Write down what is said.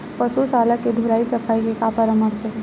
पशु शाला के धुलाई सफाई के का परामर्श हे?